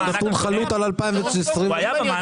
יש נתון חלוט על 2020. הוא נפגע